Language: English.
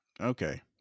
Okay